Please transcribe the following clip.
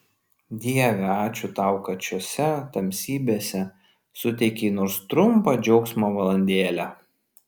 dieve ačiū tau kad šiose tamsybėse suteikei nors trumpą džiaugsmo valandėlę